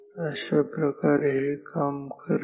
अशाप्रकारे हे काम करेल